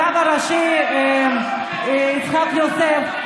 הרב הראשי יצחק יוסף,